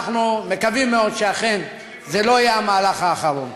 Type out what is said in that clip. אנחנו מקווים מאוד שזה לא יהיה המהלך האחרון.